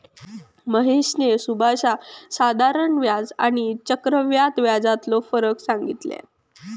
महेशने सुभाषका साधारण व्याज आणि आणि चक्रव्याढ व्याजातलो फरक सांगितल्यान